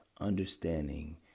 Understanding